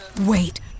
Wait